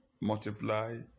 multiply